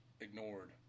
ignored